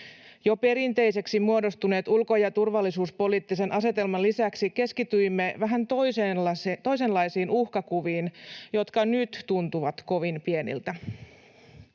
Jo perinteiseksi muodostuneen ulko- ja turvallisuuspoliittisen asetelman lisäksi keskityimme vähän toisenlaisiin uhkakuviin, jotka nyt tuntuvat kovin pieniltä.